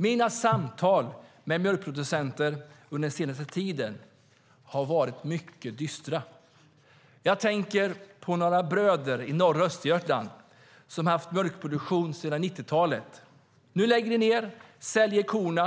Mina samtal med mjölkproducenter har den senaste tiden varit mycket dystra. Jag tänker på några bröder i norra Östergötland som haft mjölkproduktion sedan 90-talet. Nu lägger de ned och säljer korna